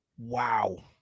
Wow